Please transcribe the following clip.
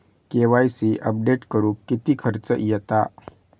KYC update करुक किती खर्च येता?